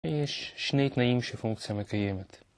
יש שני תנאים שהפונקציה מקיימת.